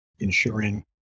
ensuring